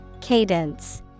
Cadence